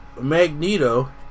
Magneto